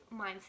mindset